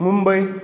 Mumbai